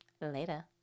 later